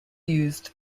used